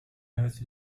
earth